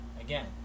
again